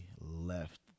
left